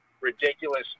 Ridiculous